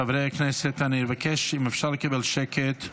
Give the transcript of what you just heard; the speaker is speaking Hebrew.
חברי הכנסת, אני מבקש, אם אפשר לקבל שקט.